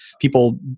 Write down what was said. People